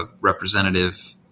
representative